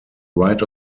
right